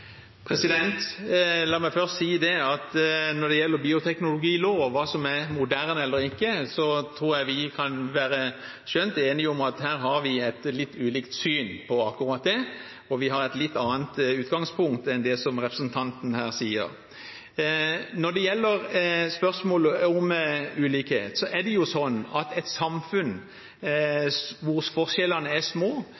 La meg først si at når det gjelder bioteknologiloven, hva som er moderne eller ikke, tror jeg vi kan være skjønt enige om at vi har et litt ulikt syn på akkurat det. Vi har et litt annet utgangspunkt enn det som representanten her sier. Når det gjelder spørsmålet om ulikhet, er det sånn at et samfunn